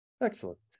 Excellent